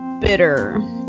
bitter